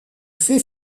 fait